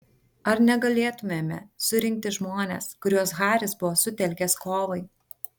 ar negalėtumėme surinkti žmones kuriuos haris buvo sutelkęs kovai